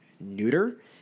neuter